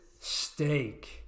steak